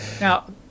Now